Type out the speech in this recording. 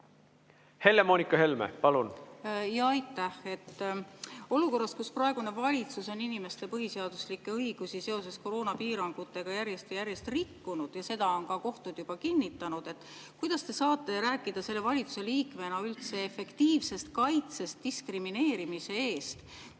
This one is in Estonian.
Helle-Moonika Helme, palun!